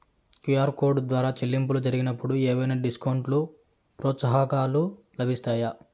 QR code ద్వారా చెల్లింపులు జరిగినప్పుడు ఏవైనా డిస్కౌంట్ లు, ప్రోత్సాహకాలు లభిస్తాయా?